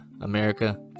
America